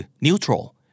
Neutral